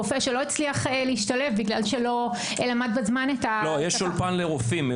רופא שלא הצליח להשתלב- -- יש אולפנים.